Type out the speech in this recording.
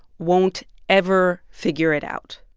won't ever figure it out